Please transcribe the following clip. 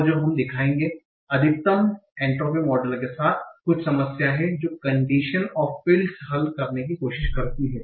और जो हम दिखाएंगे अधिकतम एंट्रोपी मॉडल के साथ कुछ समस्या है जो कंडिशन ऑफ फील्ड्स हल करने की कोशिश करती है